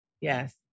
Yes